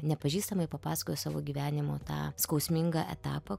nepažįstamai papasakojo savo gyvenimo tą skausmingą etapą